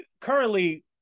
currently